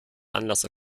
anlasser